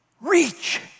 Reach